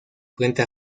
frente